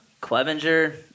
Clevenger